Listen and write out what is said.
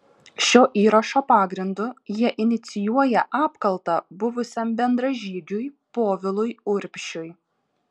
šio įrašo pagrindu jie inicijuoja apkaltą buvusiam bendražygiui povilui urbšiui